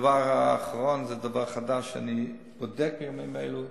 הדבר האחרון הוא דבר חדש שאני בודק בימים אלו,